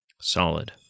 Solid